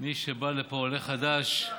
מי שבא לפה, עולה חדש,